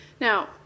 Now